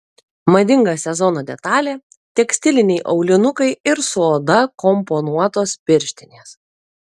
madinga sezono detalė tekstiliniai aulinukai ir su oda komponuotos pirštinės